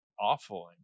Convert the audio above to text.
awful